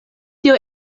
tio